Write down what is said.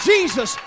Jesus